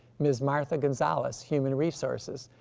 ms. martha gonzales, human resources,